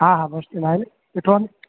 हा हा bus stand आहे ने ॾिठो आहे